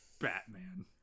Batman